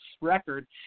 record